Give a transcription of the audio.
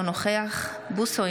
אינו נוכח אוריאל בוסו,